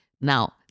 Now